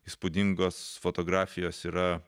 įspūdingos fotografijos yra